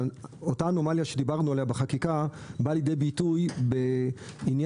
אותה אנומליה שדיברנו עליה בחקיקה באה לידי ביטוי בעניין